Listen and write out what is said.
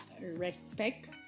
respect